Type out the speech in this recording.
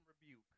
rebuke